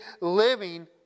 living